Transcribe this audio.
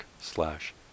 slash